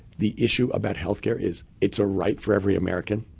the issue about health care is it's a right for every american.